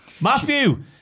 Matthew